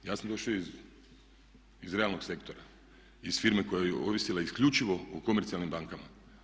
Ja sam došao iz realnog sektora, iz firme koja je ovisila isključivo o komercijalnim bankama.